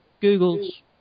Google's